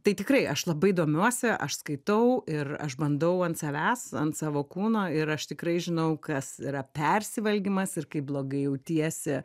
tai tikrai aš labai domiuosi aš skaitau ir aš bandau ant savęs ant savo kūno ir aš tikrai žinau kas yra persivalgymas ir kai blogai jautiesi